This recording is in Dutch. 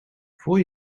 voor